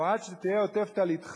או עד שתהא עוטף טליתך,